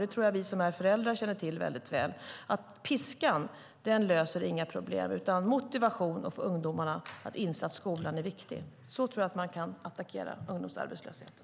Det tror jag att vi som är föräldrar känner till väl. Piskan löser inga problem, utan motivation att få ungdomarna att inse att skolan är viktig tror jag är ett sätt att attackera ungdomsarbetslösheten.